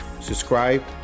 subscribe